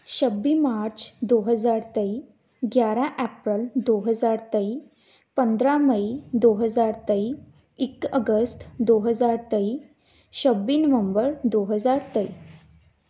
ਛੱਬੀ ਮਾਰਚ ਦੋ ਹਜ਼ਾਰ ਤੇਈ ਗਿਆਰਾਂ ਅਪ੍ਰੈਲ ਦੋ ਹਜ਼ਾਰ ਤੇਈ ਪੰਦਰਾਂ ਮਈ ਦੋ ਹਜ਼ਾਰ ਤੇਈ ਇੱਕ ਅਗਸਤ ਦੋ ਹਜ਼ਾਰ ਤੇਈ ਛੱਬੀ ਨਵੰਬਰ ਦੋ ਹਜ਼ਾਰ ਤੇਈ